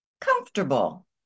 comfortable